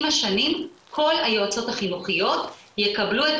עם השנים כל היועצות החינוכיות יקבלו את